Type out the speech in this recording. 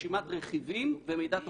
רשימת רכיבים ומידע טוקסיקולוגי.